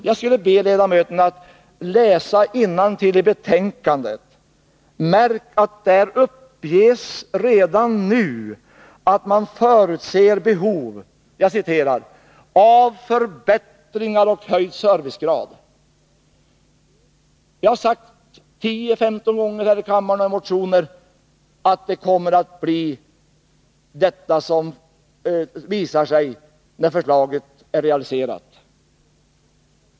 Jag skulle vilja be ledamöterna att läsa innantill i betänkandet. Märk att där uppges redan nu att man förutser behov ”av förbättringar och höjd servicegrad”. Jag har sagt 10-15 gånger här i kammaren och i motioner att det är vad som kommer att visa sig när förslaget är realiserat.